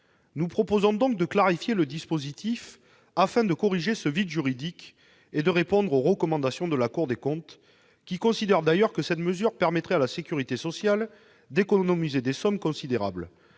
Nous proposons donc de clarifier le dispositif afin de combler ce vide juridique et de suivre ainsi les recommandations de la Cour des comptes, qui considère d'ailleurs que cette mesure permettrait à la sécurité sociale d'économiser des sommes considérables.